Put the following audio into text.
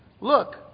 Look